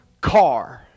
car